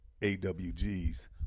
AWGs